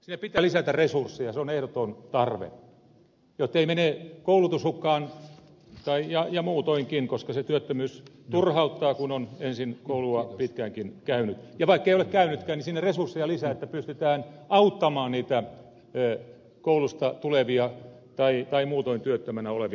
työnvälitykseen pitää lisätä resursseja se on ehdoton tarve jottei mene koulutus hukkaan ja muutoinkin koska se työttömyys turhauttaa kun on ensin koulua pitkäänkin käynyt ja vaikkei ole käynytkään sinne resursseja lisää että pystytään auttamaan niitä koulusta tulevia tai muutoin työttömänä olevia